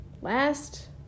last